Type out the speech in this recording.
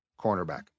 cornerback